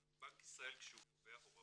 משכורת ונראה על פניו שהוא יוכל להיפרע מההלוואה